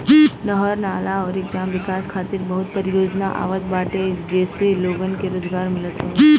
नहर, नाला अउरी ग्राम विकास खातिर बहुते परियोजना आवत बाटे जसे लोगन के रोजगार मिलत हवे